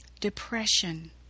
depression